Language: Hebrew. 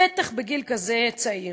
בטח בגיל כזה צעיר.